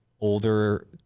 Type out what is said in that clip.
older